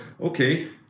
okay